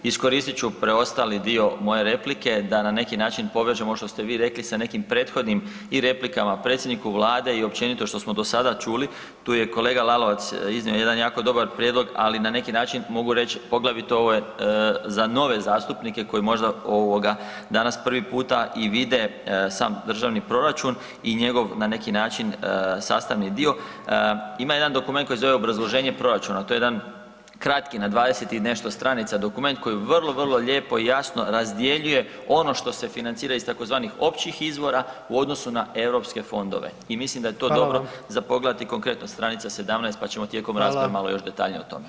Iskoristit ću preostali dio moje replike da na neki način povežem ovo što ste vi rekli sa nekim prethodnim i replikama i predsjedniku Vlade i općenito što smo do sada čuli, tu je kolega Lalovac iznio jedan jako dobar prijedlog, ali na neki način, mogu reći, poglavito, ovo je za nove zastupnike koji možda danas prvi puta i vide sam Državni proračun i njegov, na neki način sastavni dio, ima jedan dokument koji se zove obrazloženje proračuna, to je jedan kratki, na 20 i nešto stranica dokument koji vrlo, vrlo lijepo i jasno razdjeljuje ono što se financira iz tzv. općih izvora u odnosu na EU fondove i mislim da je [[Upadica: Hvala.]] to dobro za pogledati, konkretno, stranica 17 pa ćemo [[Upadica: Hvala.]] tijekom rasprave malo još detaljnije o tome.